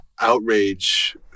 outrage